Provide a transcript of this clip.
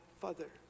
Father